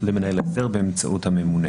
למנהל ההסדר באמצעות הממונה.